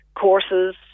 courses